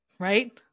right